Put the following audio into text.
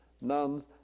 nuns